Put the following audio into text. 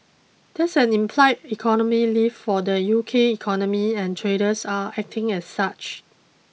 that's an implied economy lift for the U K economy and traders are acting as such